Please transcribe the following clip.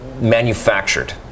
manufactured